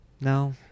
No